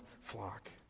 flock